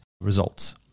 results